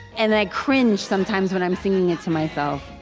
and they cringe sometimes when i'm singing it to myself